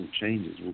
changes